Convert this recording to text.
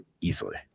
easily